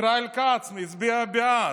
ישראל כץ הצביע בעד,